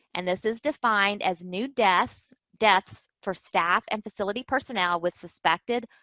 and this is defined as new deaths, deaths, for staff and facility personnel with suspected,